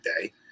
day